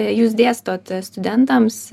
jūs dėstot studentams